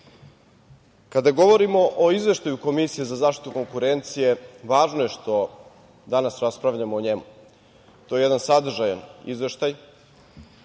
govorimo o Izveštaju Komisije za zaštitu konkurencije važno je što danas raspravljamo o njemu. To je jedan sadržajan izveštaj